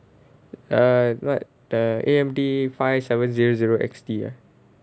err what err A_M_D five seven zero zero X_T ah